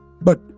But